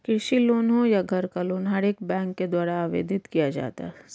कृषि लोन हो या घर का लोन हर एक बैंक के द्वारा आवेदित किया जा सकता है